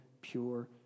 pure